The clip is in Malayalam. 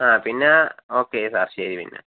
ആ പിന്നെ ഓക്കെ സാർ ശരി പിന്നെ